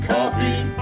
Coffee